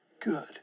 good